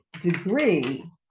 degree